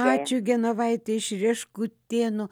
ačiū genovaite iš rieškutėnų